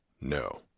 no